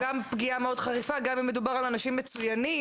זו פגיעה מאוד חריפה גם אם מדובר על אנשים מצוינים.